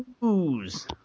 News